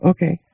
Okay